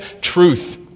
truth